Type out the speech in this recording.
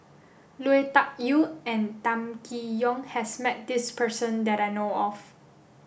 Lui Tuck Yew and Kam Kee Yong has met this person that I know of